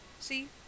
See